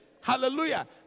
Hallelujah